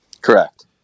Correct